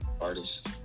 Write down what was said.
artist